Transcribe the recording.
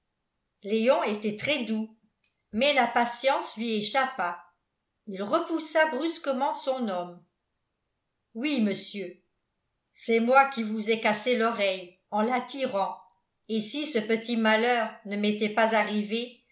léon était très doux mais la patience lui échappa il repoussa brusquement son homme oui monsieur c'est moi qui vous ai cassé l'oreille en la tirant et si ce petit malheur ne m'était pas arrivé